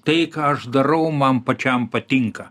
tai ką aš darau man pačiam patinka